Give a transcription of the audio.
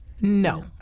No